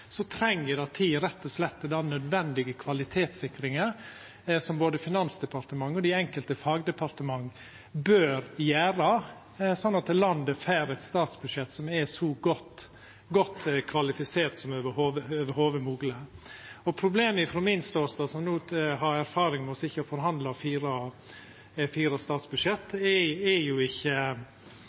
treng me den tida, rett og slett til den nødvendige kvalitetssikringa som både Finansdepartementet og dei enkelte fagdepartementa bør gjera, slik at landet får eit statsbudsjett som er så godt kvalifisert som i det heile mogleg. Problemet frå min ståstad – eg har no erfaring med å sitja og forhandla om fire statsbudsjett – er ikkje